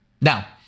Now